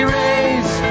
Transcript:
raise